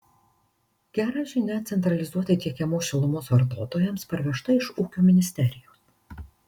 gera žinia centralizuotai tiekiamos šilumos vartotojams parvežta iš ūkio ministerijos